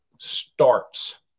starts